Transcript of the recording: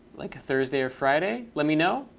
like a thursday or friday, let me know.